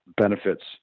benefits